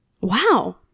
Wow